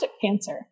cancer